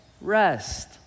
Rest